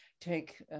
take